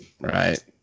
right